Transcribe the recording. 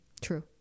True